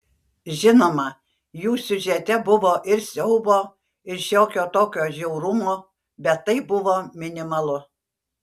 žinoma jų siužete buvo ir siaubo ir šiokio tokio žiaurumo bet tai buvo minimalu